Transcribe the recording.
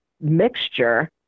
mixture